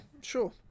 sure